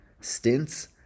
stints